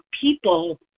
people